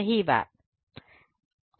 सही बात है